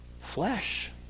flesh